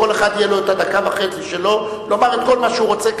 כל אחד תהיה לו דקה וחצי משלו לומר את כל מה שהוא רוצה.